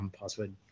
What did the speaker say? password